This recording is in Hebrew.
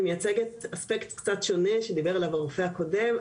אני מייצגת אספקט קצת שונה שדיבר עליו הרופא הקודם.